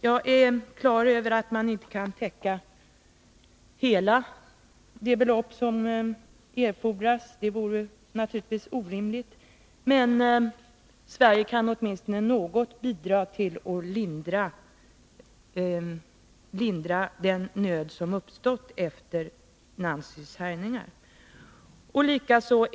Jag är klar över att Sverige inte kan täcka hela det belopp som erfordras — det vore naturligtvis orimligt — men vi kan åtminstone bidra något till att lindra den nöd som uppstått efter Nancys härjningar.